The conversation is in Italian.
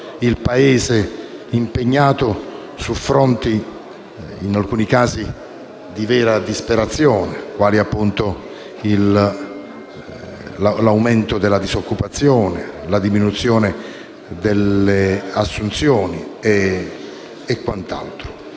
il Paese impegnato su fronti, in alcuni casi, di vera disperazione, quali, per esempio, l'aumento della disoccupazione o la diminuzione delle assunzioni. Manca